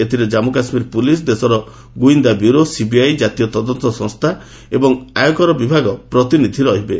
ଏଥିରେ ଜନ୍ମୁ କାଶ୍ମୀର ପୁଲିସ୍ ଦେଶର ଗୁଇନ୍ଦା ବ୍ୟୁରୋ ସିବିଆଇ ଜାତୀୟ ତଦନ୍ତ ସଂସ୍ଥା ଏବଂ ଆୟକର ବିଭାଗ ପ୍ରତିନିଧି ରହିବେ